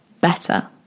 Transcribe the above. better